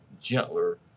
gentler